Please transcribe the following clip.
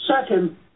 Second